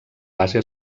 base